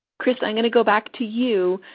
chris, i'm going to go back to you,